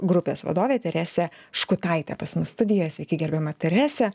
grupės vadovę teresę škutaitę pas mus studijoj sveiki gerbiama terese